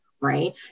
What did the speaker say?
right